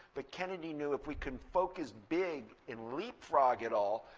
but kennedy knew if we can focus big and leapfrog it all,